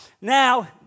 now